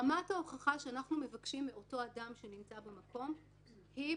רמת ההוכחה שאנחנו מבקשים מאותו אדם שנמצא במקום היא,